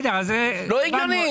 לא הגיוני.